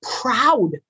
proud